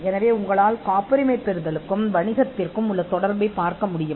எனவே காப்புரிமைக்கு இடையிலான இணைப்பை ஒரு வணிக நடவடிக்கையாக நீங்கள் காண முடியும்